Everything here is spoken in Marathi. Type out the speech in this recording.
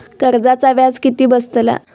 कर्जाचा व्याज किती बसतला?